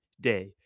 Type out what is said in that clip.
day